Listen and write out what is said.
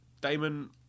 Damon